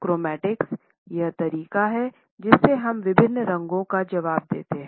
chromatics वह तरीका है जिससे हम विभिन्न रंगों का जवाब देते हैं